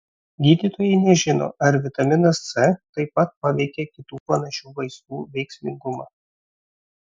gydytojai nežino ar vitaminas c taip pat paveikia kitų panašių vaistų veiksmingumą